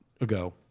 ago